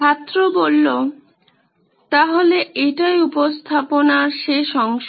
ছাত্র তাহলে এটাই উপস্থাপনার শেষ অংশ